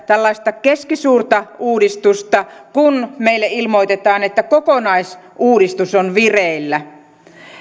tällaista keskisuurta uudistusta kun meille ilmoitetaan että kokonaisuudistus on vireillä